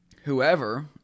whoever